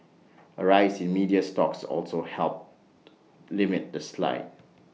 A rise in media stocks also helped limit the slide